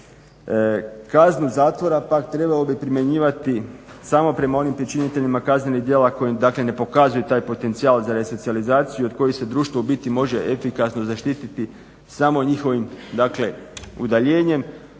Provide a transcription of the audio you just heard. Kaznu zatvora pak trebalo bi primjenjivati samo prema onim počiniteljima kaznenih djela koji ne pokazuju taj potencijal za resocijalizaciju, od kojih se društvo u biti može efikasno zaštiti samo njihovim udaljenjem